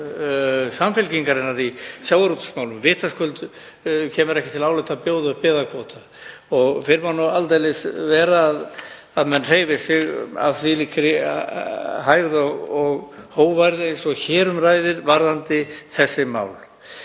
Samfylkingarinnar í sjávarútvegsmálum. Vitaskuld kemur ekki til álita að bjóða upp byggðakvóta. Fyrr má nú aldeilis vera að menn hreyfi sig af þvílíkri hægð og hógværð eins og hér um ræðir varðandi þessi mál.